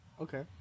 Okay